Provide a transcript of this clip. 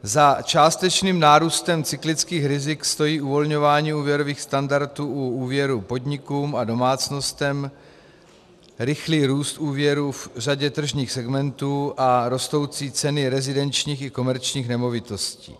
Za částečným nárůstem cyklických rizik stojí uvolňování úvěrových standardů u úvěrů podnikům a domácnostem, rychlý růst úvěrů v řadě tržních segmentů a rostoucí ceny rezidenčních i komerčních nemovitostí.